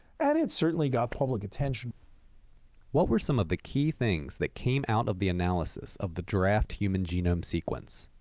and it certainly got public attention. narrator what were some of the key things that came out of the analysis of the draft human genome sequence?